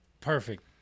perfect